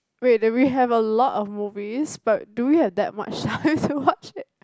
wait then we have a lot of movies but do we have that much time to watch it